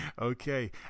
Okay